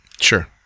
Sure